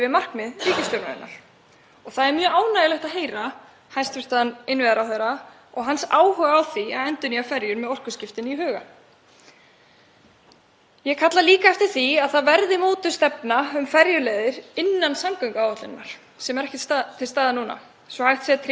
Ég kalla líka eftir því að mótuð verði stefna um ferjuleiðir innan samgönguáætlunar sem er ekki til staðar núna svo hægt sé að tryggja bæði öruggar samgöngur og fyrirsjáanleika fyrir íbúa þeirra byggða sem treysta á ferjur til að nálgast aðra þéttbýliskjarna